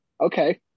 okay